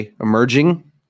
emerging